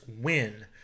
win